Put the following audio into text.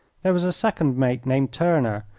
there was a second mate named turner,